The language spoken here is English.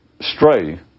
stray